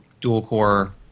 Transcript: dual-core